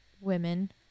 women